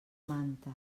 manta